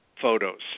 photos